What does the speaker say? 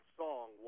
song